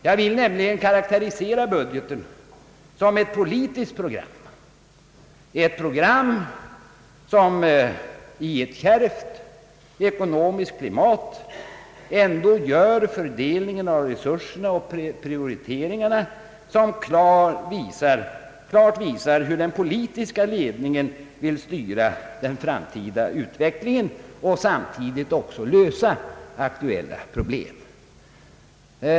Jag vill nämligen karakterisera budgeten som ett politiskt program — ett program som i ett kärvt ekonomiskt klimat ändå gör fördelningen av resurserna och prioriteringarna så att det klart visar hur den politiska ledningen vill styra den framtida utvecklingen och samtidigt också lösa aktuella problem.